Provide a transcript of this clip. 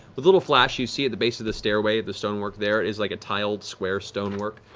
the the little flash you see at the base of the stairway, the stonework there is like a tiled square stonework,